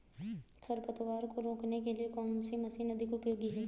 खरपतवार को रोकने के लिए कौन सी मशीन अधिक उपयोगी है?